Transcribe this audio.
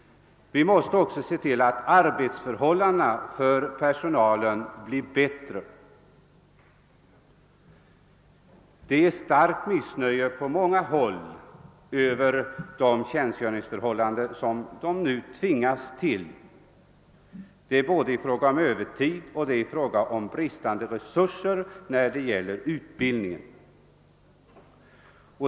Vi måste för det andra också förbättra arbetsförhållandena för personalen. På många håll råder det starkt missnöje över de nuvarande förhållandena, både med avseende på övertid och bristande resurser i fråga om utbildning.